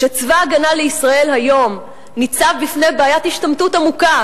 כשצבא-הגנה לישראל ניצב היום בפני בעיית השתמטות עמוקה,